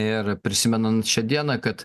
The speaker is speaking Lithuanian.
ir prisimenant šią dieną kad